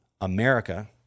America